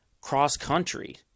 cross-country